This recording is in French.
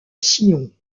sion